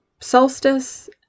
solstice